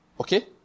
okay